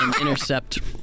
intercept